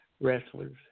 wrestlers